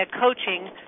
coaching